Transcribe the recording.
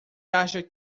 acha